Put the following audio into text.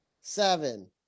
seven